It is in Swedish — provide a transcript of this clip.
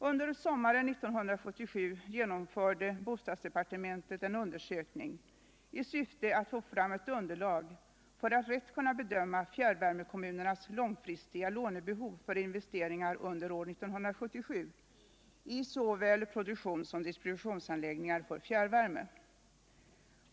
Under sommaren 1977 genomförde bostadsdepartementet en undersökning i syfte att få ett underlag för att rätt kunna bedöma fjärrvärmekommunernas långfristiga lånebehov för investeringar under år 1977 i såväl produktionssom distributionsanläggningar för fjärrvärme.